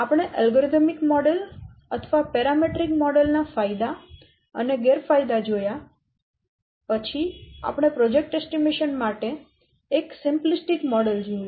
આપણે algorithmic model અથવા parametric model ના ફાયદા અને ગેરફાયદા જોયા પછી આપણે પ્રોજેક્ટ અંદાજ માટે એક સિમ્પ્લિસ્ટિક મોડેલ જોયું